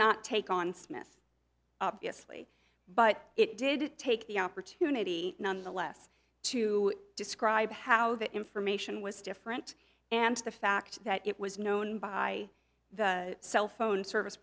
not take on smith obviously but it did take the opportunity nonetheless to describe how the information was different and the fact that it was known by the cell phone service